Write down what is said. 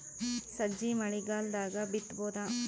ಸಜ್ಜಿ ಮಳಿಗಾಲ್ ದಾಗ್ ಬಿತಬೋದ?